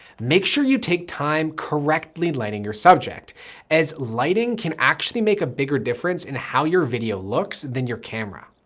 make sure you take time correctly laying your subject as lighting can actually make a bigger difference in how your video looks than your camera.